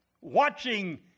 watching